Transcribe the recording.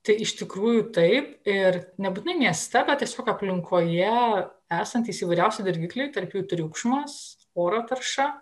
tai iš tikrųjų taip ir nebūtinai mieste tiesiog aplinkoje esantys įvairiausi dirgikliai tarp jų triukšmas oro tarša